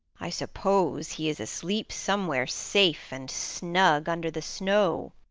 i suppose he is asleep somewhere safe and snug under the snow,